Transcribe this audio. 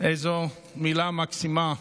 איזו מילה מקסימה.